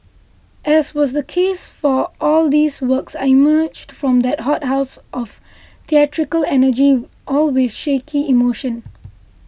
as was the case for all these works I emerged from that hothouse of theatrical energy all with shaky emotion